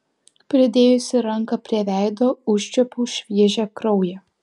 pridėjusi ranką prie veido užčiuopiau šviežią kraują